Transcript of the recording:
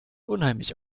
unheimlich